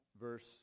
verse